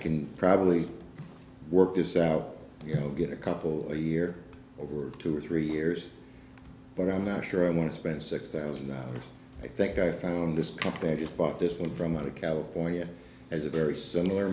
can probably work is out you know get a couple a year over two or three years but i'm not sure i want to spend six thousand i think i found this cup they just bought this one from out of california as a very similar